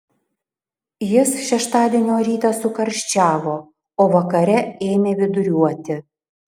jis šeštadienio rytą sukarščiavo o vakare ėmė viduriuoti